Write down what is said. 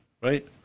right